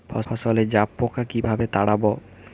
ফসলে জাবপোকা কিভাবে তাড়াব?